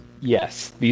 Yes